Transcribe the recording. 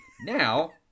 Now